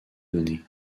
donné